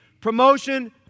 promotion